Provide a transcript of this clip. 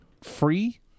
free